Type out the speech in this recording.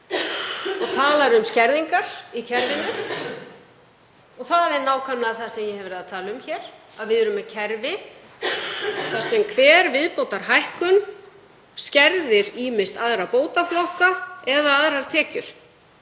og talar um skerðingar í kerfinu og það er nákvæmlega það sem ég hef verið að tala um hér, að við erum með kerfi þar sem hver viðbótarhækkun skerðir ýmist aðra bótaflokka eða aðrar tekjur.